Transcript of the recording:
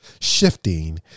shifting